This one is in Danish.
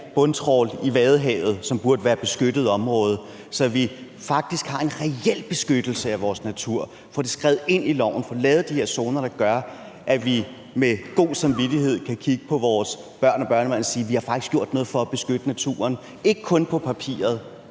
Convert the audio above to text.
bundtrawl i Vadehavet, som burde være beskyttet område, og så vi faktisk har en reel beskyttelse af vores natur – få det skrevet ind i loven, få lavet de her zoner, der gør, at vi med god samvittighed kan kigge på vores børn og børnebørn og sige, at vi faktisk har gjort noget for at beskytte naturen ikke kun på papiret,